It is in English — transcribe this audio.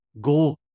go